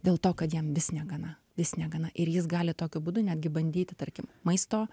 dėl to kad jam vis negana vis negana ir jis gali tokiu būdu netgi bandyti tarkim maisto